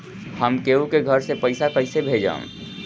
हम केहु के घर से पैसा कैइसे भेजम?